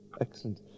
Excellent